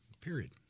period